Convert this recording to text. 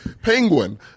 penguin